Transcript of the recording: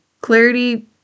Clarity